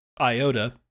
iota